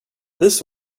this